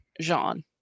Jean